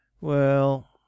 Well